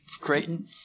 Creighton